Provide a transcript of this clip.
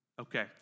Okay